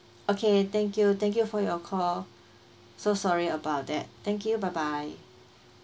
okay thank you thank you for your call so sorry about that thank you bye bye